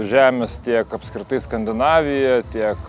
žemės tiek apskritai skandinavija tiek